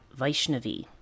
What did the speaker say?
Vaishnavi